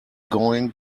going